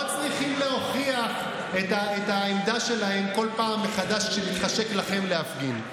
לא צריכים להוכיח את העמדה שלהם בכל פעם מחדש כשמתחשק לכם להפגין.